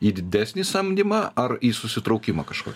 į didesnį samdymą ar į susitraukimą kažko